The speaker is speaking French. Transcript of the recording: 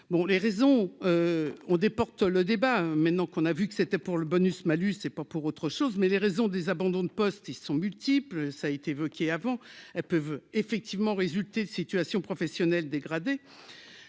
les raisons on déporte le débat, hein, maintenant qu'on a vu que c'était pour le bonus malus et pas pour autre chose, mais les raisons des abandons de poste ils sont multiples, ça a été évoqué avant elles peuvent effectivement résulter de situation professionnel dégradé